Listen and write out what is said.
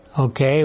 Okay